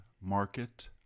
market